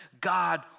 God